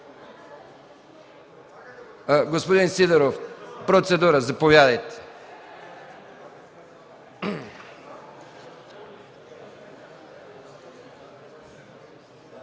Господин Сидеров – процедура, заповядайте.